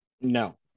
No